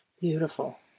Beautiful